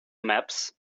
maps